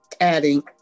adding